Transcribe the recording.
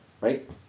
Right